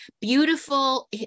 beautiful